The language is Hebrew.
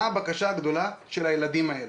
מה הבקשה הגדולה של הילדים האלה?